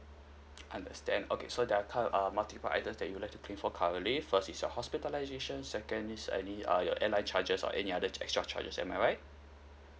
understand okay so there are cal~ err multiple items that you like to claim for currently first is your hospitalisation second is early uh your airline charges or any other extra charges am I right